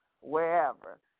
wherever